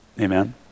amen